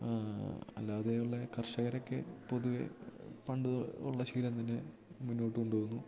അല്ലാതെയുള്ള കർഷകരൊക്കെ പൊതുവെ പണ്ട് ഉള്ള ശീലം തന്നെ മുന്നോട്ടു കൊണ്ടുപോവുന്നു